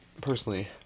Personally